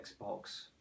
Xbox